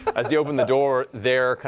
as you open the door, there,